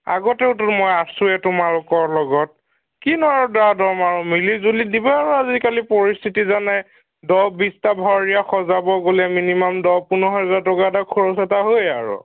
আগতেওটো মই আছোৱেই তোমালোকৰ লগত কিনো আৰু দাৰ দম আৰু মিলিজুলি দিব আৰু আজিকালি পৰিস্থিতি জানাই দহ বিছটা ভাৱৰীয়া সজাব বুলি মিনিমাম দহ পোন্ধৰ হাজাৰ টকা খৰচ এটা হৈয়ে আৰু